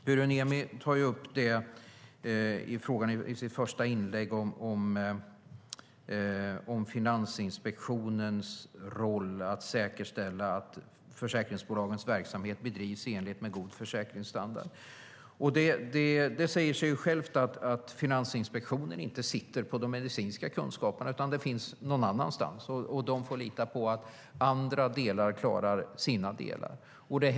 Pyry Niemi tar i sitt första inlägg upp Finansinspektionens roll, som är att säkerställa att försäkringsbolagens verksamhet bedrivs i enlighet med god försäkringsstandard. Det säger sig självt att Finansinspektionen inte sitter på de medicinska kunskaperna, utan de finns någon annanstans. De får lita på att andra klarar sina områden.